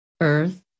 Earth